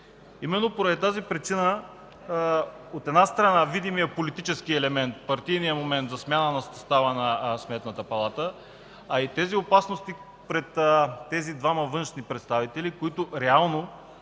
Именно поради тази причина, от една страна, видимият политически елемент, партийният момент за смяна на състава на Сметната палата, а и тези опасности пред тези двама външни представители, които реално